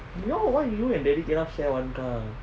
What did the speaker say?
you know why you and daddy cannot share one car